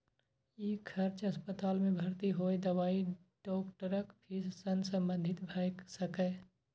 ई खर्च अस्पताल मे भर्ती होय, दवाई, डॉक्टरक फीस सं संबंधित भए सकैए